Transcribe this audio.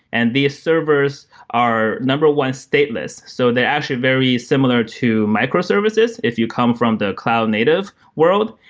and these servers are, number one, stateless. so they're actually very similar to microservices if you come from the cloud native world,